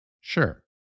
Sure